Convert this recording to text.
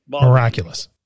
miraculous